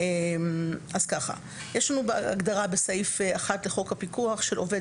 יש הגדרה בסעיף 1 לחוק הפיקוח של עובד